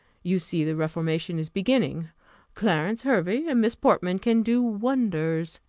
you see the reformation is beginning clarence hervey and miss portman can do wonders.